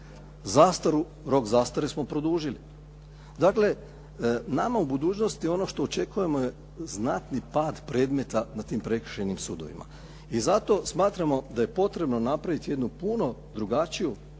Zastaru, rok zastare smo produžili. Dakle, nama u budućnosti ono što očekujemo je znatni pad predmeta na tim prekršajnim sudovima i zato smatramo da je potrebno napraviti jednu puno drugačiju,